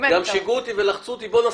גם שיגעו אותי ולחצו עליי: בוא נספיק,